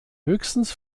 höchstens